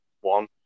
one